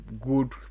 good